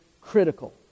critical